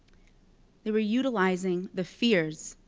they were utilizing the fears,